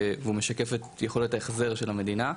והוא משקף את יכולת ההחזר של המדינה,